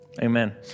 Amen